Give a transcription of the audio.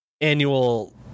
annual